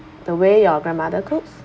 the way your grandmother cooks